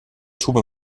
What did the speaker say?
tube